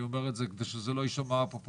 אני אומר את זה כדי שזה לא יישמע פופוליסטי.